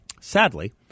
Sadly